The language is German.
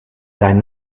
dein